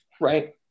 right